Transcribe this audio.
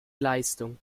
leistung